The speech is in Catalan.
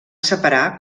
separar